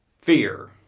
fear